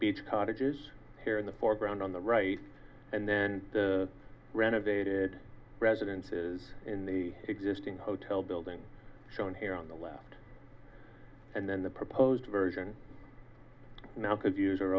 beach cottages here in the foreground on the right and then the renovated residences in the existing hotel building shown here on the left and then the proposed version now could use